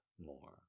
more